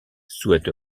souhaite